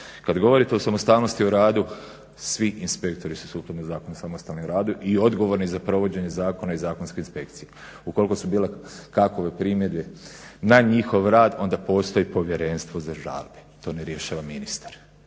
Kad govorite o samostalnosti u radu svi inspektori su sukladno zakonu u samostalnom radu i odgovorni za provođenje zakona i zakonske inspekcije. Ukoliko su bile kakve primjedbe na njihov rad onda postoji Povjerenstvo za žalbe. To ne rješava ministar.